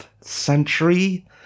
century